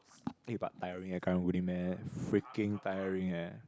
eh but tiring eh karang guni man freaking tiring eh